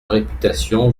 réputation